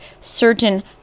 certain